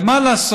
ואני, מה לעשות,